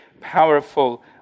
powerful